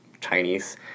Chinese